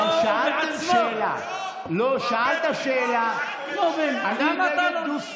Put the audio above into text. בוא תגיד לנו, בנגב, מה קיבלת בנגב?